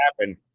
happen